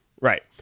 Right